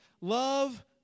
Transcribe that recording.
Love